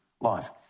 life